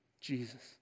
Jesus